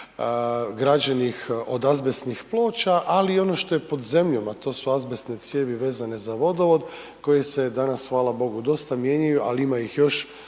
građenih od azbestnih ploča, ali i ono što je pod zemljom, a to su azbestne cijevi vezane za vodovod koje se danas, hvala Bogu, dosta mijenjaju, ali ima ih još